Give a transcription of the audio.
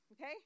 okay